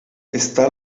está